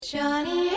Johnny